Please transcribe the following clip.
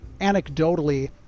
anecdotally